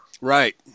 Right